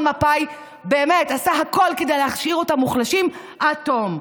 מפא"י באמת עשה הכול כדי להכשיר את המוחלשים עד תום,